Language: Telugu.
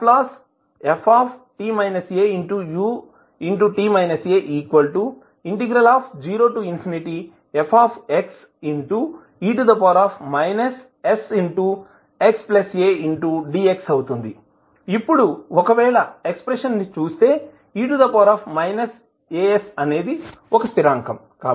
Lft au0fxe sxadxఅవుతుంది ఇప్పుడు ఒకవేళ ఎక్స్ప్రెషన్ ని చూస్తే e asఅనేది ఒక స్థిరాంకం